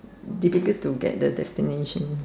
difficult to get the destination